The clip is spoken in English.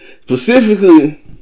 Specifically